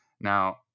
Now